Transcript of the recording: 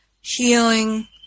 healing